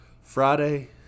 Friday